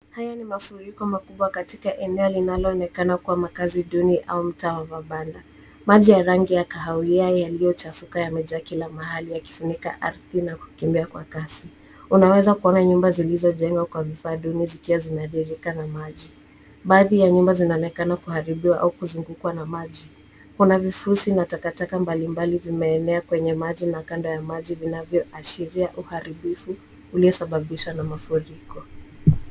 Haya ni mafuriko makubwa katika eneo linoaloonekana kuwa makaazi duni au mtaa wa mabanda. Maji ya rangi ya kahawai yaliyochafuka yamejaa kila pahali yakifunika ardhi na kukimbia kwa kasi. Unaweza kuona nyumba zilizojengwa kwa vifaa duni zikiwa zimearidhika na maji. Baadhi ya nyumba zinaonekana kuharibiwa au kukuwa na maji. Kuna vifurusi na takataka mbalimbali vimeenea kwenye maji na kando ya maji vinavyoashiria uharibifu uliyosababishwa na mafuriko.